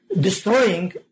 Destroying